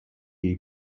jej